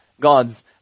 God's